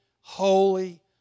holy